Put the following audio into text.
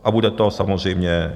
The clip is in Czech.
A bude to samozřejmě...